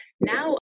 Now